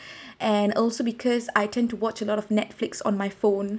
and also because I tend to watch a lot of Netflix on my phone